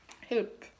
help